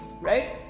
right